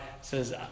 says